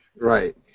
Right